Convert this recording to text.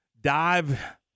dive